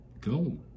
go